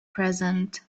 present